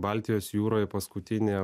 baltijos jūroj paskutinė